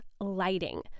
lighting